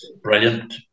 brilliant